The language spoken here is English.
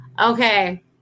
Okay